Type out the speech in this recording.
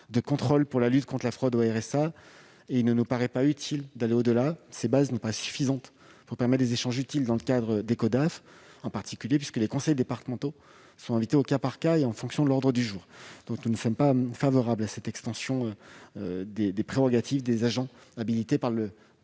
de contrôle pour lutter contre la fraude au RSA. Il ne nous paraît pas utile d'aller au-delà. Ces bases nous paraissent suffisantes pour permettre les échanges utiles dans le cadre des Codaf en particulier, puisque les conseils départementaux sont invités au cas par cas et en fonction de l'ordre du jour. Nous ne sommes donc pas favorables à cette extension des prérogatives des agents habilités par les conseils